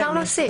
אפשר להוסיף.